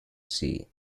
see